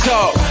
Talk